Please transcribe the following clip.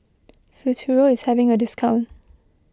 Futuro is having a discount